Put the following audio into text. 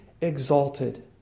exalted